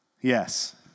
Yes